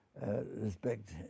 respect